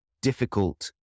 difficult